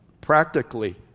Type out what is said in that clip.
Practically